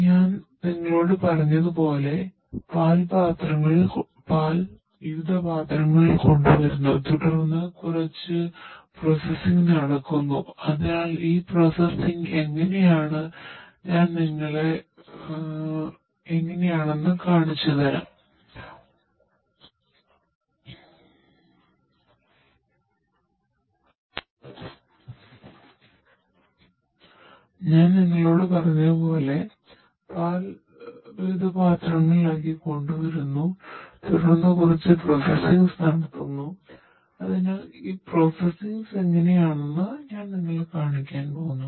ഞാൻ നിങ്ങളോട് പറഞ്ഞതുപോലെ പാൽ പാത്രങ്ങളിലാക്കി കൊണ്ടുവരുന്നു തുടർന്ന് കുറച്ച് പ്രോസസ്സിംഗ് എങ്ങനെയാണെന്ന് ഞാൻ നിങ്ങളെ കാണിക്കാൻ പോകുന്നു